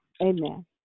Amen